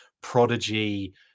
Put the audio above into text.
Prodigy